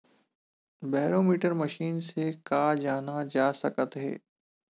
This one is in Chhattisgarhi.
बैरोमीटर मशीन से का जाना जा सकत हे?